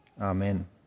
Amen